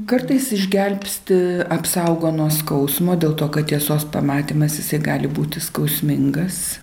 kartais išgelbsti apsaugo nuo skausmo dėl to kad tiesos pamatymas jisai gali būti skausmingas